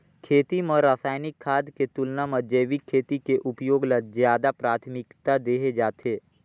खेती म रसायनिक खाद के तुलना म जैविक खेती के उपयोग ल ज्यादा प्राथमिकता देहे जाथे